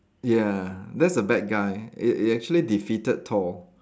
ya that's the bad guy it it actually defeated Thor